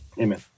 Amen